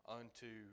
unto